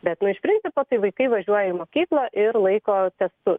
bet nu iš principo tai vaikai važiuoja į mokyklą ir laiko testus